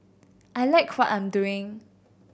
I like what I'm doing